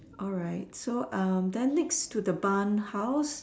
alright so um then next to the bun house